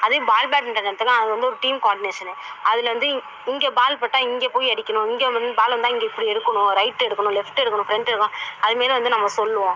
அதே ball badminton எடுத்துக்கோங்க அங்கே வந்து ஒரு டீம் கோர்டினேஷனு அதில் வந்து இங்கே பால் போட்டால் இங்கே போய் அடிக்கணும் இங்கே வந் பால் வந்தால் இங்கே இப்படி எடுக்கணும் ரைட் எடுக்கணும் லெஃப்ட் எடுக்கணும் ஃப்ரெண்ட்டு எடுக்கணும் அது மாரி வந்து நம்ம சொல்லுவோம்